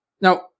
Now